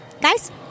Guys